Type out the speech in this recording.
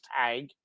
tag